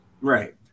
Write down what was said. Right